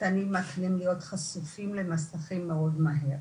קטנים מתחילים להיות חשופים למסכים מאוד מהר.